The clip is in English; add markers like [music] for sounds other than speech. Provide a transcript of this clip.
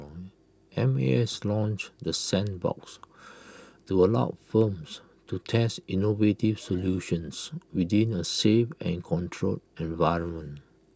M A S launched the sandbox [noise] to allow firms to test innovative solutions within A safe and controlled environment